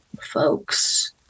folks